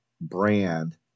brand